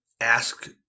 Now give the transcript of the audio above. ask